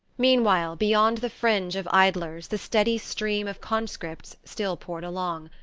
meanwhile, beyond the fringe of idlers the steady stream of conscripts still poured along.